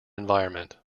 environment